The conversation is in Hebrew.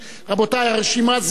רבותי, הרשימה סגורה.